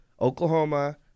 Oklahoma